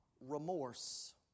Remorse